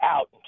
out